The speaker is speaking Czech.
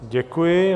Děkuji.